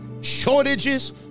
shortages